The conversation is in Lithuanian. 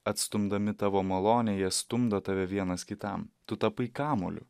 atstumdami tavo malonę jie stumdo tave vienas kitam tu tapai kamuoliu